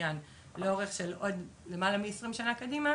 זכיין לאורך של עוד למעלה מעשרים שנה קדימה,